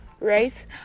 Right